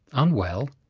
unwell?